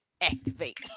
activate